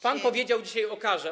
Pan powiedział dzisiaj o karze.